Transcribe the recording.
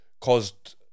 caused